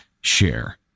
share